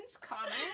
comments